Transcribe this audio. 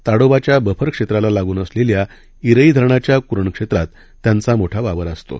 ताडोबाच्याबफरक्षेत्रालालागूनअसलेल्या उिईधरणाच्याकुरणक्षेत्रातत्यांचामोठावावरअसतो